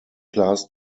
class